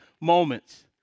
moments